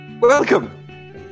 Welcome